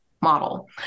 model